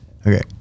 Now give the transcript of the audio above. Okay